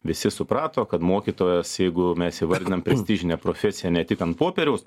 visi suprato kad mokytojas jeigu mes jį vadiname prestižine profesija ne tik ant popieriaus